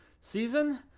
season